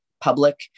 public